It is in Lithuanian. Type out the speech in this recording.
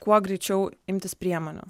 kuo greičiau imtis priemonių